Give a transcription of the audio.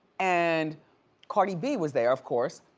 and cardi b was there, of course,